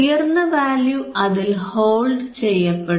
ഉയർന്ന വാല്യൂ അതിൽ ഹോൾഡ് ചെയ്യപ്പെടും